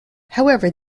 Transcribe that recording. however